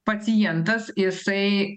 pacientas jisai